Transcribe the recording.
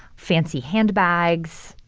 fancy handbags,